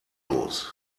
los